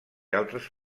altres